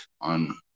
on